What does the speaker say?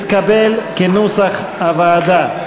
כהצעת הוועדה,